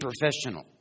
professional